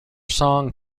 song